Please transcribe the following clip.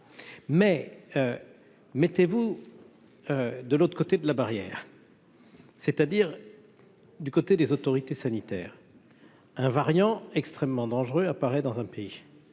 mais mettez-vous de l'autre côté de la barrière, c'est-à-dire du côté des autorités sanitaires, un variant extrêmement dangereux apparaît dans un pays,